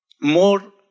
more